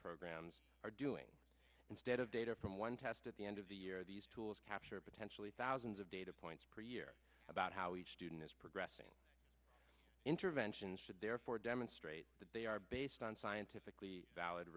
programs are doing instead of data from one test at the end of the year these tools capture potentially thousands of data points per year about how each student is progressing interventions should therefore demonstrate that they are based on scientifically valid